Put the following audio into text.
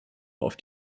auf